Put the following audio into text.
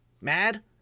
mad